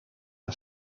een